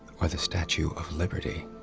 or the statue of liberty